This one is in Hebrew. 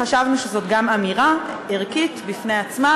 חשבנו שזאת גם אמירה ערכית בפני עצמה.